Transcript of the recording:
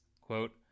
quote